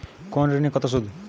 কোন ঋণে কত সুদ?